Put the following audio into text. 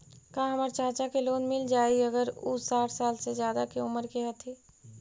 का हमर चाचा के लोन मिल जाई अगर उ साठ साल से ज्यादा के उमर के हथी?